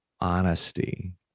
honesty